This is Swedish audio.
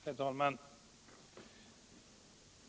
Herr talman!